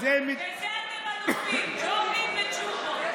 זה קל, בזה אתם אלופים, ג'ובים וג'ובות.